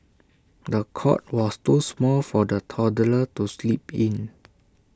the cot was too small for the toddler to sleep in